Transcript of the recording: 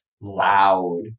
loud